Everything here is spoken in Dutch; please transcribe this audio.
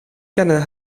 kennen